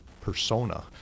persona